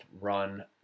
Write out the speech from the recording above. run